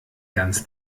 ganz